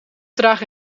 dragen